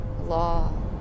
law